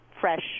fresh